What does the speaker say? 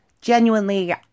Genuinely